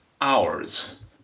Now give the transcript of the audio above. hours